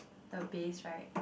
the base right